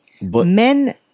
men